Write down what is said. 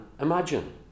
imagine